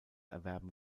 erwerben